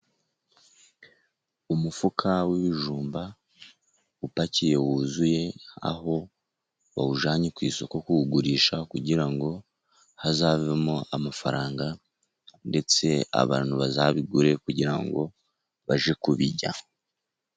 Umufuka w'ibijumba upakiye wuzuye, aho bawujyanye ku isoko kuwugurisha, kugira ngo hazavemo amafaranga, ndetse abantu bazabigure kugira ngo bajye kubirya.